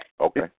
Okay